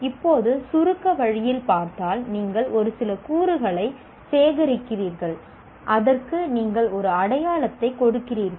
இப்போது சுருக்க வழியில் பார்த்தால் நீங்கள் ஒரு சில கூறுகளைச் சேகரிக்கிறீர்கள் அதற்கு நீங்கள் ஒரு அடையாளத்தை கொடுக்கிறீர்கள்